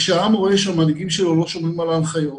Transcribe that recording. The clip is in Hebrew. כשהעם רואה שהמנהיגים שלו לא שומרים על ההנחיות